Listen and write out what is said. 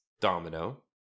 Domino